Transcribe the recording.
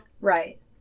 Right